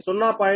021210